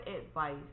advice